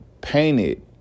painted